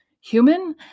human